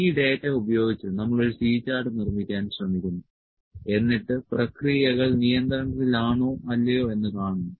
ഈ ഡാറ്റ ഉപയോഗിച്ച് നമ്മൾ ഒരു C ചാർട്ട് നിർമ്മിക്കാൻ ശ്രമിക്കുന്നു എന്നിട്ട് പ്രക്രിയകൾ നിയന്ത്രണത്തിലാണോ അല്ലയോ എന്ന് കാണുന്നു